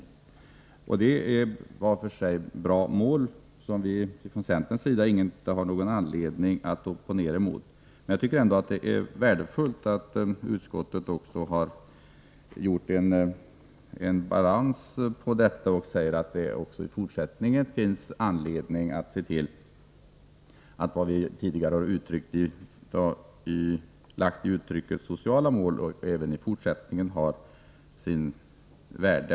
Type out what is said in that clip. Det är områden som var för sig är väsentliga och något som vi från centerns sida inte finner anledning att opponera oss emot. Men jag tycker att det är värdefullt att utskottet har balanserat den målsättning som angivits i propositionen med att betona att det finns anledning att se till att det vi tidigare lagt in i uttrycket om de sociala målen även i fortsättningen skall ha sitt värde.